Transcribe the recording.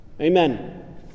Amen